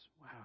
wow